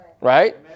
right